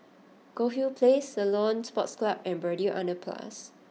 Goldhill Place Ceylon Sports Club and Braddell Underpass